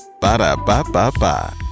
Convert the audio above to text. Ba-da-ba-ba-ba